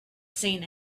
seen